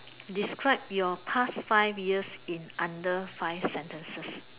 describe your past five years in under five sentences